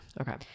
Okay